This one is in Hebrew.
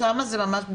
שם זה ממש בדיחה,